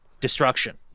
destruction